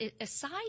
aside